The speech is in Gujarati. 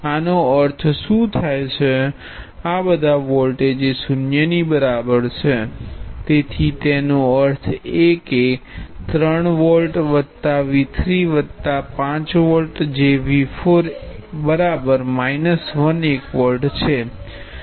આનો અર્થ શું થાય છે આ બધા વોલ્ટેજ એ 0 ની બરાબર છે તેથી તેનો અર્થ એ કે 3 વોલ્ટ V3 5 વોલ્ટ જે V4 એ 1 વોલ્ટ છે